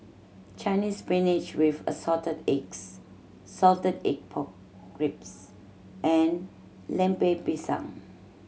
Chinese Spinach with Assorted Eggs salted egg pork ribs and Lemper Pisang